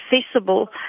accessible